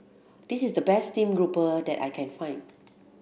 this is the best steamed grouper that I can find